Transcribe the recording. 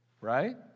Right